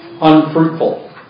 unfruitful